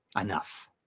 enough